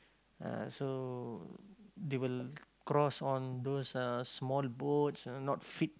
uh so they will cross on those uh small boats not fit